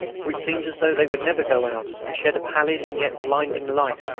which seemed as though they would never go out and shed a pallid and yet blinding light.